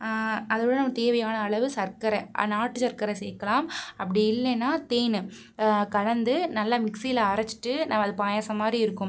அதோடு நமக்கு தேவையான அளவு சர்க்கரை நாட்டு சர்க்கரை சேர்க்கலாம் அப்படி இல்லைனா தேன் கலந்து நல்லா மிக்சியில் அரைச்சிட்டு அது பாயசம் மாதிரி இருக்கும்